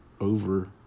over